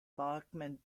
bachmann